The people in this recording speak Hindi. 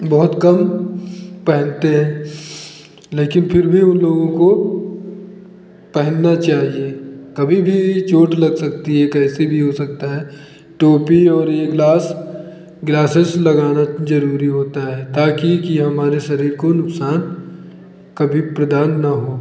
बहुत कम पहनते हैं लेकिन फिर भी उन लोगों को पहनना चाहिए कभी भी चोट लग सकती है कैसे भी हो सकता है टोपी और ये ग्लास ग्लासेस लगाना जरूरी होता है ताकि कि हमारे शरीर को नुकसान कभी प्रदान न हो